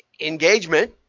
engagement